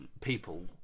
people